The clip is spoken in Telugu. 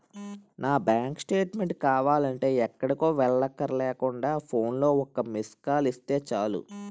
నా బాంకు స్టేట్మేంట్ కావాలంటే ఎక్కడికో వెళ్ళక్కర్లేకుండా ఫోన్లో ఒక్క మిస్కాల్ ఇస్తే చాలు